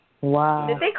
Wow